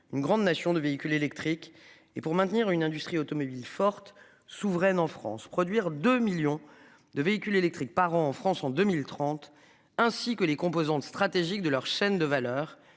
une grande nation de véhicules électriques, et pour maintenir une industrie automobile forte souveraine en France, produire 2 millions de véhicules électriques par an en France en 2030 ainsi que les composantes stratégiques de leur chaîne de valeur